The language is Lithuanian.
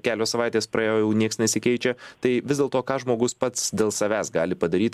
kelios savaitės praėjo jau nieks nesikeičia tai vis dėlto ką žmogus pats dėl savęs gali padaryt